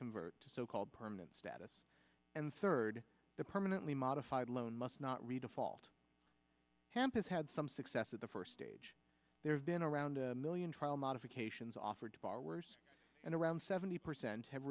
convert to so called permanent status and third the permanently modified loan must not redefault hamp is had some success at the first stage there have been around a million trial modifications offered far worse and around seventy percent have